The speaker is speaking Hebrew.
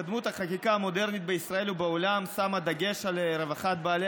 התקדמות החקיקה המודרנית בישראל ובעולם שמה דגש על רווחת בעלי